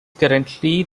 currently